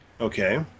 Okay